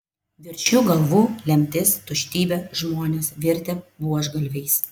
virš jų galvų lemtis tuštybė žmonės virtę buožgalviais